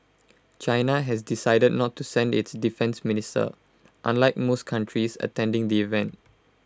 China has decided not to send its defence minister unlike most countries attending the event